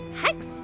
hex